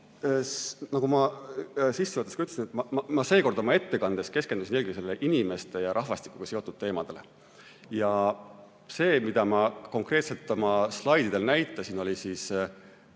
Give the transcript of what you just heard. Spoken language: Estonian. Nagu ma sissejuhatuses ka ütlesin, ma seekord oma ettekandes keskendusin eelkõige inimeste ja rahvastikuga seotud teemadele. Ja see, mida ma konkreetselt oma slaididel näitasin, oli